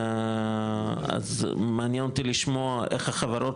אז מעניין אותי לשמוע את החברות,